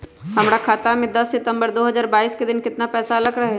हमरा खाता में दस सितंबर दो हजार बाईस के दिन केतना पैसा अयलक रहे?